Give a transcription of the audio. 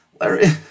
Larry